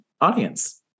audience